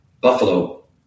buffalo